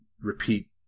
repeat